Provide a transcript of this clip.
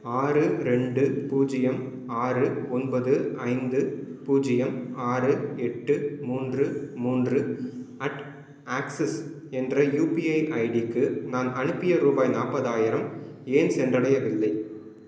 ஆறு ரெண்டு பூஜ்ஜியம் ஆறு ஒன்பது ஐந்து பூஜ்ஜியம் ஆறு எட்டு மூன்று மூன்று அட் ஆக்ஸஸ் என்ற யூபிஐ ஐடிக்கு நான் அனுப்பிய ரூபாய் நாற்பதாயிரம் ஏன் சென்றடையவில்லை